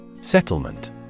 Settlement